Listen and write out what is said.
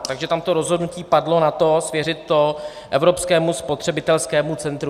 Takže tam to rozhodnutí padlo na to, svěřit to Evropskému spotřebitelskému centru.